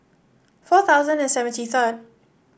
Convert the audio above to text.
four thousand and seventy third